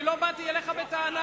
אני לא באתי אליך בטענה.